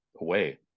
away